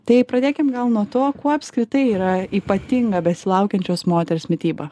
tai pradėkim gal nuo to kuo apskritai yra ypatinga besilaukiančios moters mityba